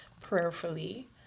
prayerfully